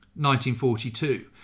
1942